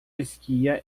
esquia